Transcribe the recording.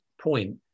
point